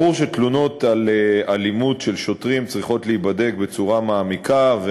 ברור שתלונות על אלימות של שוטרים צריכות להיבדק בצורה מעמיקה,